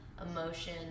Emotion